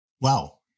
Wow